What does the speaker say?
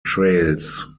trails